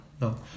No